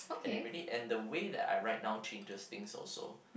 and then really and the way that I write down changes things also